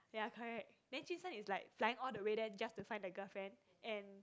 ya correct and jun sheng is like flying all the way there just to find the girlfriend and